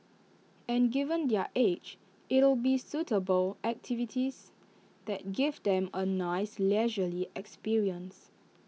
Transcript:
and given their age it'll be suitable activities that give them A nice leisurely experience